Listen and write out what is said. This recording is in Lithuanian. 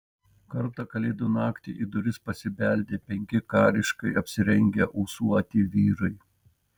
kartą kalėdų naktį į duris pasibeldė penki kariškai apsirengę ūsuoti vyrai